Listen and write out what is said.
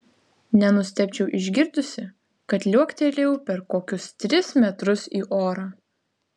nenustebčiau išgirdusi kad liuoktelėjau per kokius tris metrus į orą